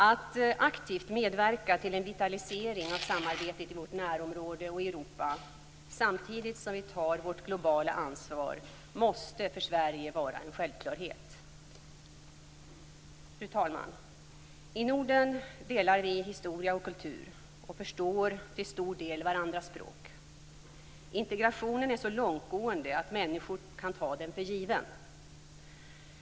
Att aktivt medverka till en vitalisering av samarbetet i vårt närområde och i Europa samtidigt som vi tar vårt globala ansvar måste för Sverige vara en självklarhet. Fru talman! I Norden delar vi historia och kultur och förstår till stor del varandras språk. Integrationen är så långtgående att människor kan ta den för given.